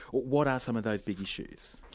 what are some of those big issues?